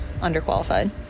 underqualified